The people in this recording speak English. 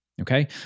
okay